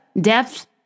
Depth